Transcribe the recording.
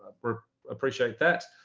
for appreciate that.